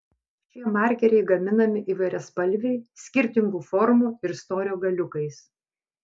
šie markeriai gaminami įvairiaspalviai skirtingų formų ir storio galiukais